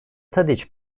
tadiç